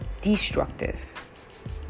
destructive